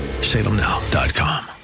salemnow.com